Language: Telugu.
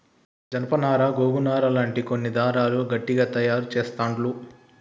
జానప నారా గోగు నారా లాంటి కొన్ని దారాలు గట్టిగ తాయారు చెస్తాండ్లు